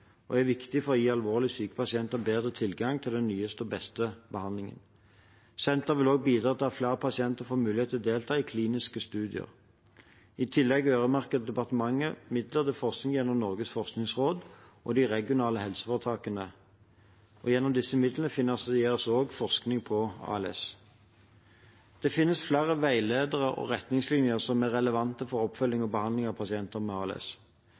og er viktig for å gi alvorlig syke pasienter bedre tilgang på den nyeste og beste behandlingen. Senteret vil også bidra til at flere pasienter får mulighet til å delta i kliniske studier. I tillegg øremerker departementet midler til forskning gjennom Norges forskningsråd og de regionale helseforetakene. Gjennom disse midlene finansieres også forskning på ALS. Det finnes flere veiledere og retningslinjer som er relevante for oppfølging og behandling av pasienter med